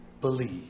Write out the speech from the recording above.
believe